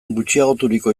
gutxiagoturiko